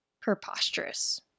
preposterous